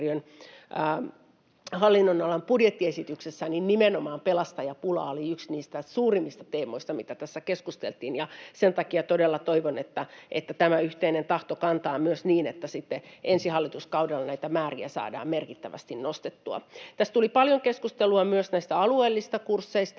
hallinnonalan budjettiesityksestä. Nimenomaan pelastajapula oli yksi niistä suurimmista teemoista, mistä tässä keskusteltiin. Sen takia todella toivon, että tämä yhteinen tahto kantaa myös niin, että sitten ensi hallituskaudella näitä määriä saadaan merkittävästi nostettua. Tässä tuli paljon keskustelua myös alueellisista kursseista.